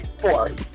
four